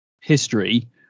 history